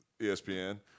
ESPN